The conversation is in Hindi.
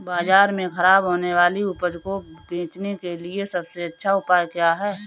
बाजार में खराब होने वाली उपज को बेचने के लिए सबसे अच्छा उपाय क्या है?